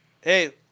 Hey